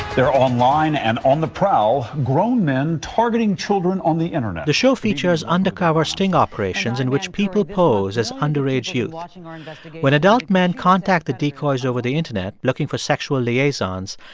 they're online and on the prowl grown men targeting children on the internet the show features undercover sting operations in which people pose as underage youth. ah and when adult men contact the decoys over the internet looking for sexual liaisons,